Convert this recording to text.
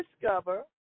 discover